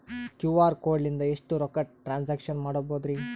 QR code ಲಿಂದ ಎಷ್ಟ ರೊಕ್ಕ ಟ್ರಾನ್ಸ್ಯಾಕ್ಷನ ಮಾಡ್ಬೋದ್ರಿ?